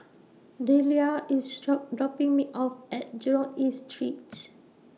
Dellia IS dropping Me off At Jurong East Streets